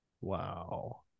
Wow